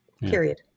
period